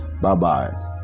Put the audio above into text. bye-bye